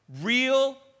Real